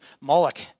Moloch